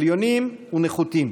עליונים ונחותים,